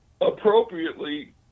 appropriately